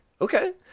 Okay